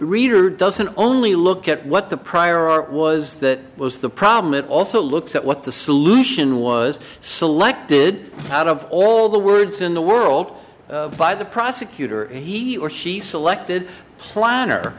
reader doesn't only look at what the prior art was that was the problem it also looks at what the solution was selected out of all the words in the world by the prosecutor and he or she selected a plan